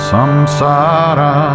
Samsara